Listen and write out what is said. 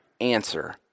answer